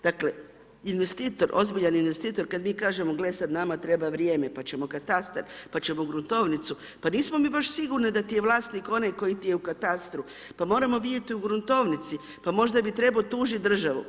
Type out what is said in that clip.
Dakle, investitor, ozbiljan investitor kad mi kažemo gle sad nama treba vrijeme pa ćemo katastar, pa ćemo gruntovnicu, pa nismo mi baš sigurni da ti je vlasnik onaj koji ti je u katastru, pa moramo vidjeti u gruntovnici, pa možda bi trebao tužiti državu.